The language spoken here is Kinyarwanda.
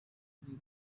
bikiri